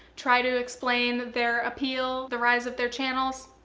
try to explain their appeal, the rise of their channels,